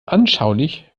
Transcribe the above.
anschaulich